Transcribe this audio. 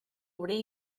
obrer